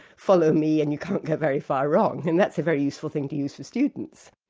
follow me and you can't go very far wrong'. and that's very useful thing to use for students.